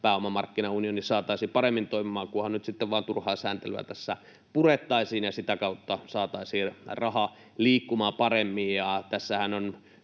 pääomamarkkinaunioni saataisiin toimimaan paremmin, kunhan nyt vain turhaa sääntelyä tässä purettaisiin ja sitä kautta saataisiin raha liikkumaan paremmin. Tässähän on